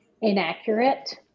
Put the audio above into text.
inaccurate